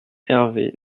hervé